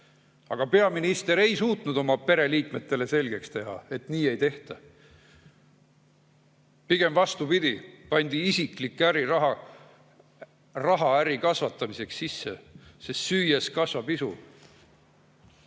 Aga peaminister ei suutnud oma pereliikmele selgeks teha, et nii ei tehta. Pigem vastupidi, pandi isiklik raha äri kasvatamiseks sisse, sest süües kasvab isu.